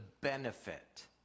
benefit